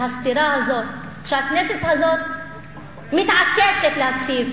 הסתירה הזאת שהכנסת הזאת מתעקשת להציב,